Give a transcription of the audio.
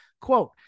Quote